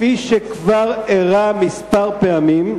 כפי שכבר אירע כמה פעמים,